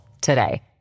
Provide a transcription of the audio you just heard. today